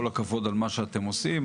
כל הכבוד על מה שאתם עושים,